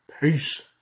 Peace